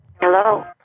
Hello